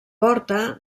porta